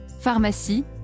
pharmacie